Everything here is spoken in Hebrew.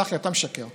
החוק ייכנס ב-1 בספטמבר,